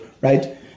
right